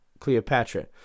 Cleopatra